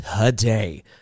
today